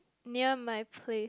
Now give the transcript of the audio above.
near my place